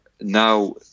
now